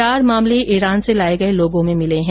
चार मामले ईरान से लाए गए लोगों में मिले हैं